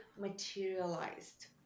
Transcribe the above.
materialized